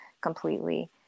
completely